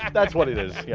like that's what it is. yeah